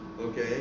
okay